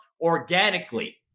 organically